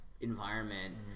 environment